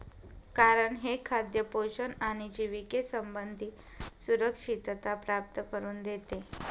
कारण हे खाद्य पोषण आणि जिविके संबंधी सुरक्षितता प्राप्त करून देते